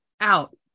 out